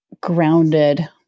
grounded